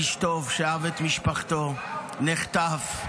איש טוב, שאהב את משפחתו, נחטף.